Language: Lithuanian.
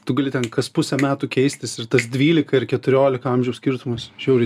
tu gali ten kas pusę metų keistis ir tas dvylika ir keturiolika amžiaus skirtumas žiauriai